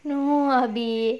no erby